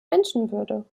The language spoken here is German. menschenwürde